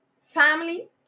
family